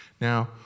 Now